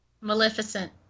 Maleficent